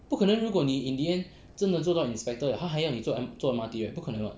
不可能如果你 in the end 真的做到 inspector 了他还要你坐 M_R_T right 不可能 [what]